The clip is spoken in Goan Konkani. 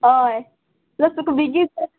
अय प्लस तुका बेगीन